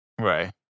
Right